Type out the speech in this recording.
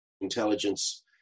intelligence